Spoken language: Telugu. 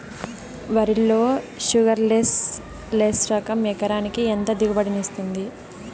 వరి లో షుగర్లెస్ లెస్ రకం ఎకరాకి ఎంత దిగుబడినిస్తుంది